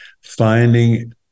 finding